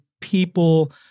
people